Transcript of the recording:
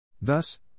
Thus